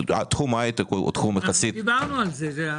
תחום ההייטק הוא תחום יחסית -- אנחנו דיברנו על זה.